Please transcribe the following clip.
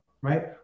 Right